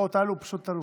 בואו, תעלו, פשוט תעלו.